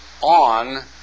on